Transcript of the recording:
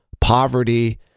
poverty